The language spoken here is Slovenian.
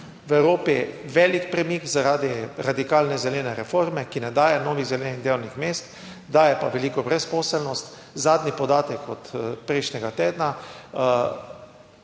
v Evropi velik premik zaradi radikalne zelene reforme, ki ne daje novih zelenih delovnih mest, daje pa veliko brezposelnost. Zadnji podatek od prejšnjega tedna